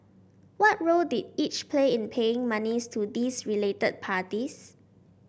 what role did each play in paying monies to these related parties